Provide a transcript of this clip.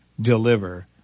deliver